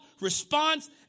response